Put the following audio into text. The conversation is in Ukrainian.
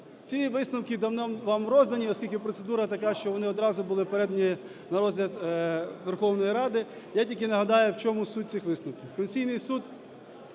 Ці висновки давно вам роздані, оскільки процедура така, що вони одразу були передані на розгляд Верховної Ради. Я тільки нагадаю, в чому суть цих висновків. Конституційний Суд